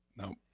No